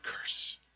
curse